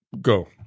go